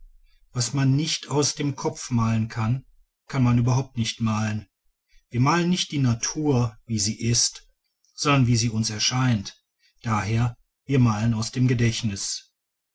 was man nicht aus dem kopf malen kann kann man überhaupt nicht malen wir malen nicht die natur wie sie ist sondern wie sie uns erscheint d h wir malen aus dem gedächtnis